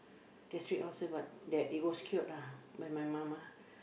gastric ulcer but that it was cured ah by my mum ah